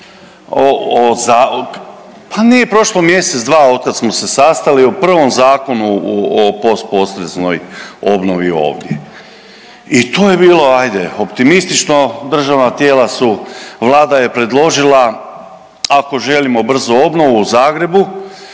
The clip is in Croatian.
pa nije prošlo mjesec-dva od kad smo se sastali o prvom zakonu o postpotresnoj obnovi ovdje. I to je bilo ajde optimistično, državna tijela su, Vlada je predložila, ako želimo brzu obnovu u Zagrebu